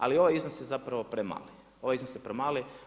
Ali ovaj iznos je zapravo premali, ovaj iznos je premali.